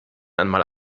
einmal